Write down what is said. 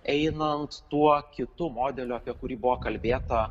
einant tuo kitu modeliu apie kurį buvo kalbėta